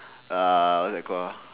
ah what's that called uh